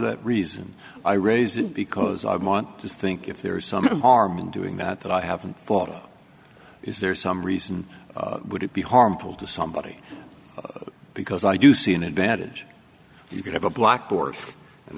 the reason i raise it because i want to think if there is some harm in doing that that i haven't thought of is there some reason would it be harmful to somebody because i do see an advantage you could have a blackboard and